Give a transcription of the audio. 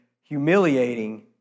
humiliating